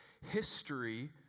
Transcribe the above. history